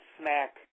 smack